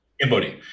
Cambodia